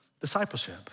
discipleship